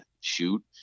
shoot